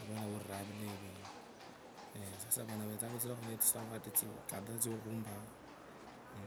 Olaraa olaurira, vulayi vwene, eeh, sasa vano vavetsa vetsirekho netsisawadi kata tsokhwombakha